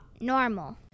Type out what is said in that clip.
normal